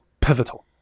pivotal